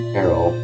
Carol